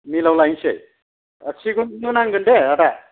मिलाव लायनोसै सिगुनखौथ नांगोन दे आदा